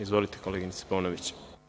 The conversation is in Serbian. Izvolite, koleginice Paunović.